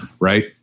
right